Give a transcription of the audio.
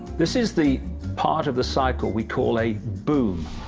this is the part of the cycle we call a boom.